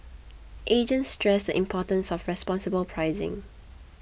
agents stress the importance of responsible pricing